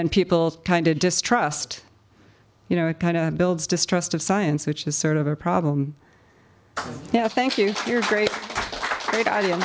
then people kind of distrust you know it kind of builds distrust of science which is sort of a problem yeah thank you for your great idea